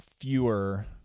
fewer